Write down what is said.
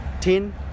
ten